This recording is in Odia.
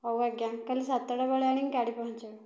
ହେଉ ଆଜ୍ଞା କାଲି ସାତଟା ବେଳେ ଆଣି ଗାଡ଼ି ପହଞ୍ଚାଇବେ